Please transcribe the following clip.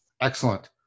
Excellent